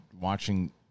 watching